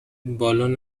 بالون